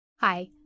Hi